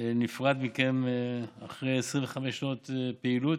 נפרד מכם אחרי 25 שנות פעילות.